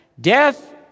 Death